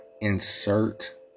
insert